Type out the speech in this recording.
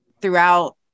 throughout